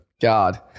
God